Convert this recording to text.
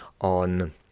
on